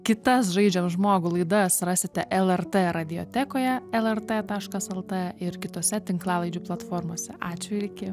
kitas žaidžiam žmogų laidas rasite lrt radiotekoje lrt taškas lt ir kitose tinklalaidžių platformose ačiū ir iki